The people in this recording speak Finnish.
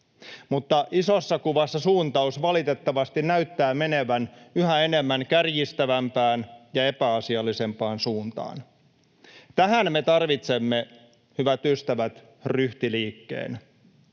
mutta isossa kuvassa suuntaus valitettavasti näyttää menevän yhä enemmän kärjistävämpään ja epäasiallisempaan suuntaan. Tähän me tarvitsemme, hyvät ystävät, ryhtiliikkeen.